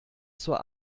zur